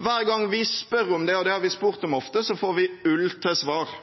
Hver gang vi spør om det – og det har vi spurt om ofte – får vi ull til svar.